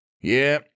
Yeah